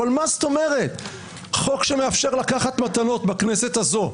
אבל חוק שמאפשר לקחת מתנות בכנסת הזאת,